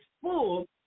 full